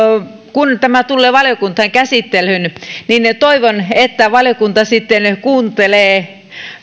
kun tämä tulee valiokuntaan käsittelyyn niin toivon että valiokunta kuuntelee